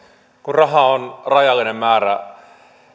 kun rahaa on rajallinen määrä